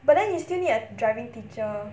but then you still need a driving teacher